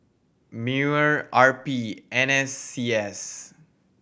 MEWR R P N S C S